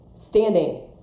Standing